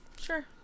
Sure